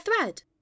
thread